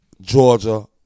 Georgia